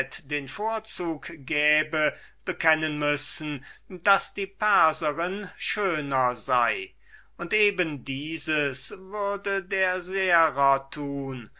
den vorzug gäbe bekennen müssen daß die perserin schöner sei und eben dieses würde der